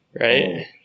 right